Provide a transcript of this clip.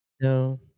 No